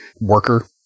worker